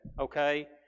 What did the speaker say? okay